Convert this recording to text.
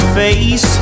face